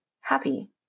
happy